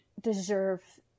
deserve